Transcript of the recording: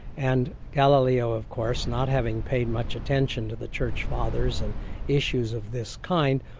and galileo of course, not having paid much attention to the church fathers and issues of this kind,